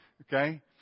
Okay